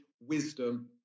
wisdom